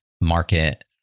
market